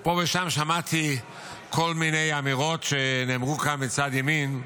פה ושם אני שמעתי כל מיני אמירות שנאמרו כאן מצד ימין,